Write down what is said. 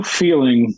feeling